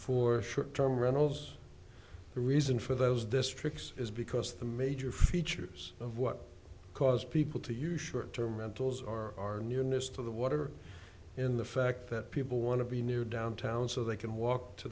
for short term rentals the reason for those districts is because the major features of what caused people to use short term mental is or are newness to the water in the fact that people want to be near downtown so they can walk to